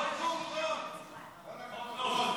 התשפ"ד 2024, נתקבל.